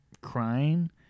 crying